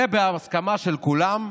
ובהסכמה של כולם,